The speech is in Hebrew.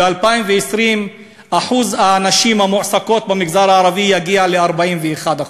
ב-2020 אחוז הנשים המועסקות במגזר הערבי יגיע ל-41%.